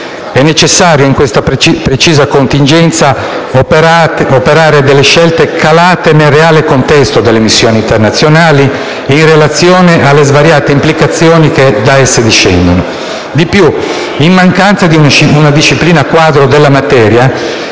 È necessario, in questa precisa contingenza, operare scelte calate nel reale contesto delle missioni internazionali in relazione alle svariate implicazioni che da esse discendono. Di più, in mancanza di una disciplina quadro della materia,